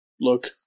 look